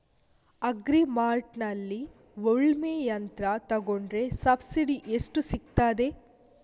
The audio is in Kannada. ಅಗ್ರಿ ಮಾರ್ಟ್ನಲ್ಲಿ ಉಳ್ಮೆ ಯಂತ್ರ ತೆಕೊಂಡ್ರೆ ಸಬ್ಸಿಡಿ ಎಷ್ಟು ಸಿಕ್ತಾದೆ?